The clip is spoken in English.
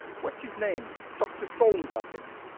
what's his name? dr. solms, i think.